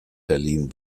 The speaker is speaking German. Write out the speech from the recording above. berlin